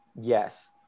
Yes